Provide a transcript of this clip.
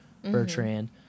Bertrand